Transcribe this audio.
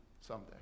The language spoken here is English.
someday